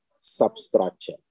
substructure